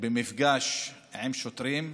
במפגש עם שוטרים,